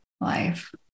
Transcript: life